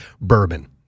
bourbon